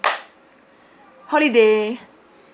holiday